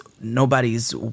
nobody's